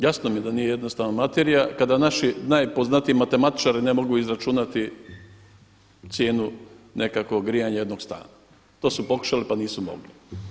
Jasno mi je da nije jednostavna materija kada naši najpoznatiji matematičari ne mogu izračunati cijenu nekakvog grijanja jednog stana, to su pokušali pa nisu mogli.